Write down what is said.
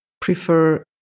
prefer